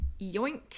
yoink